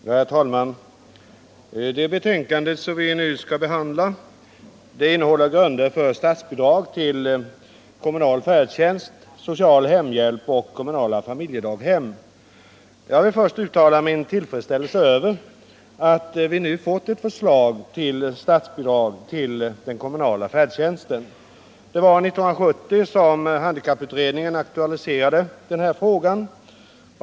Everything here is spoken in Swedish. Herr talman! Det betänkandet som vi nu skall behandla innehåller grunder för statsbidrag till kommunal färdtjänst, social hemhjälp och kommunala familjedaghem. Jag vill först uttala min tillfredsställelse över att vi nu fått förslag till statsbidrag till den kommunala färdtjänsten. Det var 1970 som handikapputredningen aktualiserade denna fråga.